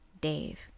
dave